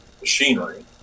machinery